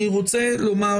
אני רוצה לומר